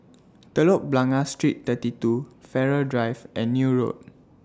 Telok Blangah Street thirty two Farrer Drive and Neil Road